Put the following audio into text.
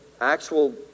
actual